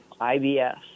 IBS